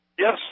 Yes